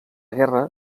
guerra